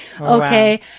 okay